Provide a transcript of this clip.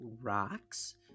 rocks